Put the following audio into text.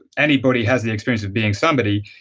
anybody has the experience of being somebody,